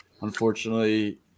Unfortunately